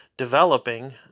developing